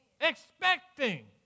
Expecting